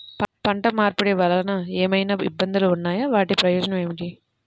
పంట మార్పిడి వలన ఏమయినా ఇబ్బందులు ఉన్నాయా వాటి ప్రయోజనం ఏంటి?